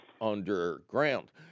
underground